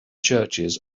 churches